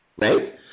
right